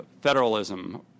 federalism